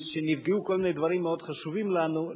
שנפגעו כל מיני דברים מאוד חשובים לנו,